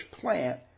plant